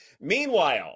Meanwhile